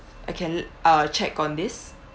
I can uh check on this